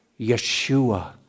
Yeshua